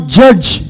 judge